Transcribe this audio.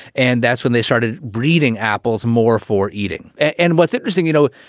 and that's when they started breeding apples more for eating. and what's interesting, you know,